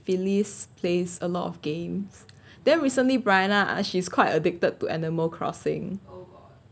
phyllis plays a lot of games then recently brian ah she's quite addicted to animal crossing